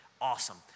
awesome